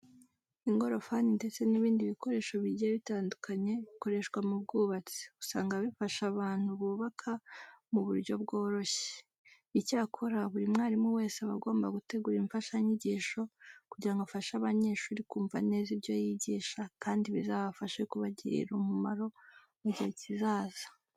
Ingorofani ndetse n'ibindi bikoresho bigiye bitandukanye bikoreshwa mu bwubatsi, usanga bifasha abantu bubaka mu buryo bworoshye. Icyakora buri mwarimu wese aba agomba gutegura imfashanyigisho kugira ngo afashe abanyeshuri kumva neza ibyo yigisha kandi bizabashe kubagirira umumaro mu gihe kizaza.